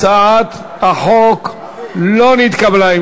הצעת החוק לא נתקבלה.